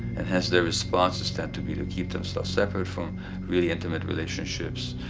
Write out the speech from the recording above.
and hence their responses tend to be to keep themselves separate from really intimate relationships.